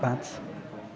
पाँच